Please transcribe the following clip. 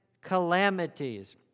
calamities